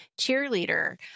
cheerleader